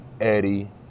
Eddie